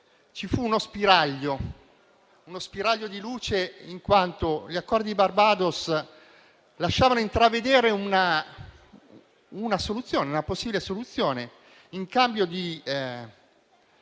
ci fu uno spiraglio di luce in quanto gli accordi di Barbados lasciavano intravedere una possibile soluzione. In cambio di